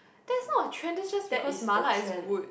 that's not a trend that's just because mala is good